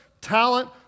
talent